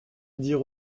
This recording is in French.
dire